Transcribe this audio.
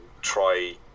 try